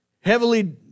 heavily